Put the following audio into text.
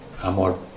Amor